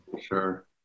Sure